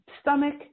stomach